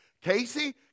Casey